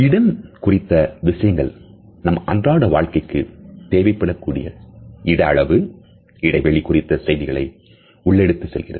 இடம் குறித்த விஷயங்கள் நம் அன்றாட வாழ்க்கைக்கு தேவைப்படக்கூடிய இட அளவு இடைவெளி குறித்து செய்திகளை உள்ளெடுத்து செல்கிறது